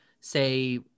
say